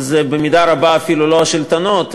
זה במידה רבה אפילו לא השלטונות,